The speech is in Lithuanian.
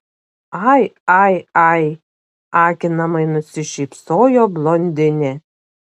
ai ai ai akinamai nusišypsojo blondinė